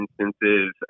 instances